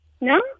No